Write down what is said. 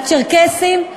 הצ'רקסים,